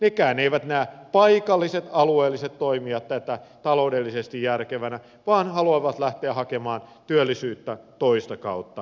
nekään eivät näe paikalliset alueelliset toimijat tätä taloudellisesti järkevänä vaan haluavat lähteä hakemaan työllisyyttä toista kautta